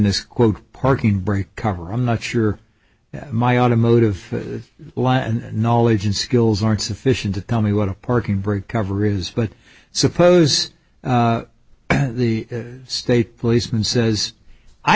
this quote parking brake cover i'm not sure that my automotive law and knowledge and skills aren't sufficient to tell me what a parking brake cover is but suppose the state policeman says i